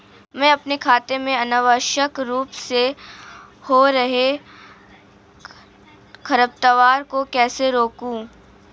मैं अपने खेत में अनावश्यक रूप से हो रहे खरपतवार को कैसे रोकूं?